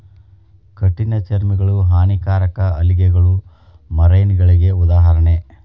ಕಠಿಣ ಚರ್ಮಿಗಳು, ಹಾನಿಕಾರಕ ಆಲ್ಗೆಗಳು ಮರೈನಗಳಿಗೆ ಉದಾಹರಣೆ